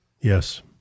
Yes